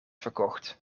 verkocht